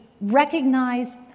recognize